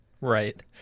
Right